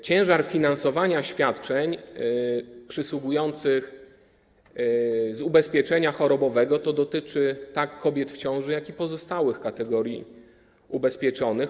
Ciężar finansowania świadczeń przysługujących z ubezpieczenia chorobowego dotyczy tak kobiet w ciąży, jak i pozostałych kategorii ubezpieczonych.